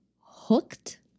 hooked